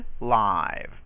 live